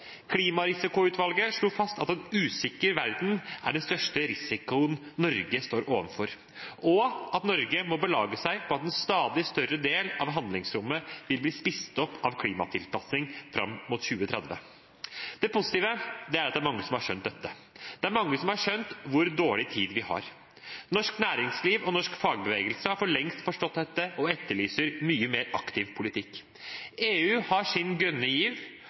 Klimarisikoutvalget slo fast at en usikker verden er den største risikoen Norge står overfor, og at Norge må belage seg på at en stadig større del av handlingsrommet vil bli spist opp av klimatilpasning fram mot 2030. Det positive er at det er mange som har skjønt dette. Det er mange som har skjønt hvor dårlig tid vi har. Norsk næringsliv og norsk fagbevegelse har for lengst forstått dette og etterlyser mye mer aktiv politikk. EU har sin grønne giv,